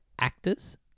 actors